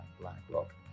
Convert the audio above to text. BlackRock